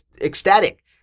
ecstatic